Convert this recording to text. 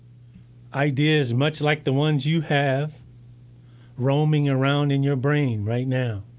ideas much like the ones you have roaming around in your brain right now.